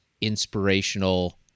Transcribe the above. inspirational